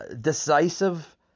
decisive